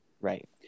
Right